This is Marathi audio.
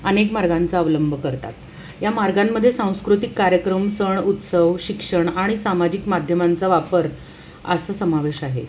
अनेक मार्गांचा अवलंब करतात या मार्गांमध्ये सांस्कृतिक कार्यक्रम सण उत्सव शिक्षण आणि सामाजिक माध्यमांचा वापर असा समावेश आहे